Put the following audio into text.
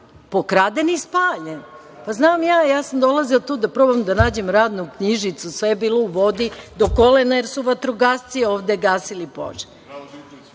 pokraden i spaljen. Znam ja, jer sam dolazila da probam da nađem radnu knjižicu. Sve je bilo u vodi do kolena, jer su vatrogasci ovde gasili